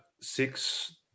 six